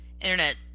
internet